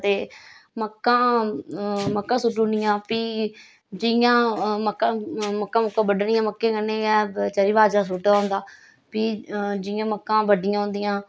ते मक्कां मक्कां सुट्टू उड़नियां फ्ही जियां मक्कां मक्कां मुक्कां बड्डनियां मक्कें कन्नै गै चर्री बाजरा सुट्टे दा होंदा फ्ही जियां मक्कां बड्डियां होंदिया